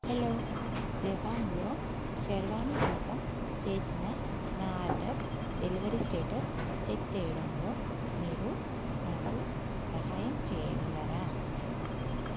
hello జబాంగ్లో షెర్వానీ కోసం చేసిన నా ఆర్డర్ డెలివరీ స్టేటస్ చెక్ చేయడంలో మీరు నాకు సహాయం చేయగలరా